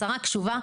השרה קשובה,